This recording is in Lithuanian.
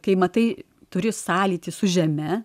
kai matai turi sąlytį su žeme